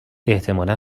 احتمالا